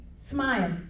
smile